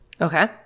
Okay